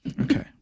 Okay